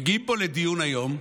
מגיעים פה לדיון היום,